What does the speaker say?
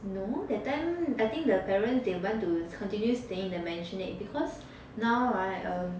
no that time I think the parents want to continue staying in the maisonette because now [right] um